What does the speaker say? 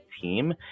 team